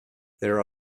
there